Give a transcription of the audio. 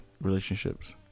relationships